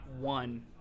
one